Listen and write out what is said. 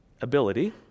ability